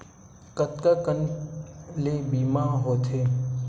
कतका कन ले बीमा होथे?